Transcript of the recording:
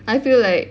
I feel like